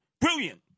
Brilliant